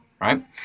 right